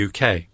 UK